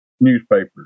newspapers